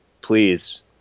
please